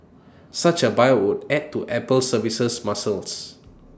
such A buyout would add to Apple's services muscles